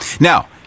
Now